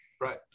right